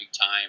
time